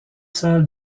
salles